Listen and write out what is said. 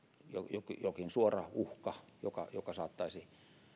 jokin jokin suora uhka joka joka saattaisi